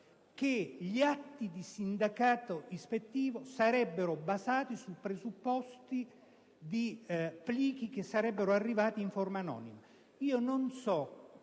che gli atti di sindacato ispettivo sarebbero basati sul presupposto di plichi arrivati in forma anonima.